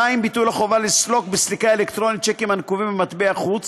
2. ביטול החובה לסלוק סליקה אלקטרונית שיקים הנקובים במטבע חוץ.